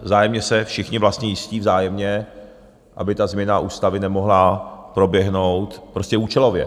Vzájemně se všichni vlastně jistí vzájemně, aby změna ústavy nemohla proběhnout prostě účelově.